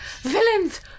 Villains